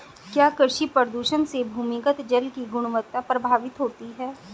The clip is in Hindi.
क्या कृषि प्रदूषण से भूमिगत जल की गुणवत्ता प्रभावित होती है?